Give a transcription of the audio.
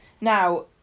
now